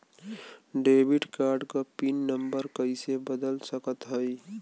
Debit card क PIN number कइसे बदल सकत हई?